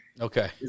okay